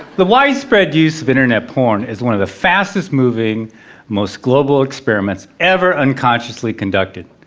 the widespread use of internet porn is one of the fastest moving most global experiments ever unconsciously conducted.